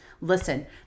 Listen